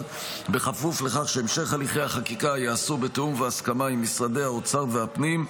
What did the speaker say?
בכפוף לכך שהמשך הליכי החקיקה ייעשו בתיאום והסכמה עם משרדי האוצר והפנים,